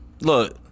Look